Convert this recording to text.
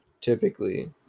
typically